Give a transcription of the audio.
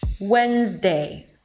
Wednesday